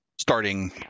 Starting